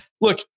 look